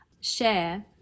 share